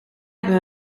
hebben